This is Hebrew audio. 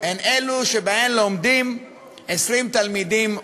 הן אלו שבהן לומדים 20 תלמידים ומטה.